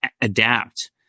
adapt